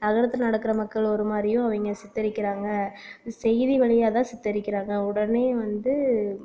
நகரத்தில் நடக்கிற மக்கள் ஒருமாதிரியும் அவங்க சித்தரிக்கிறாங்க செய்தி வழியாக தான் சித்தரிக்கிறாங்க உடனே வந்து